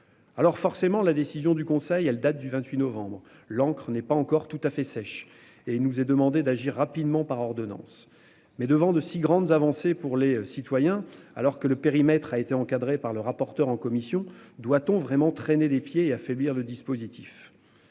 Alors forcément la décision du Conseil, elle date du 28 novembre l'encre n'est pas encore tout à fait sèche et il nous est demandé d'agir rapidement par ordonnances mais devant de si grandes avancées pour les citoyens. Alors que le périmètre a été encadré par le rapporteur en commission doit-on vraiment traîné des pieds et affaiblir le dispositif.